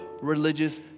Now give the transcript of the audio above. religious